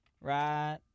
Right